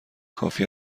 کافی